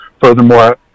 furthermore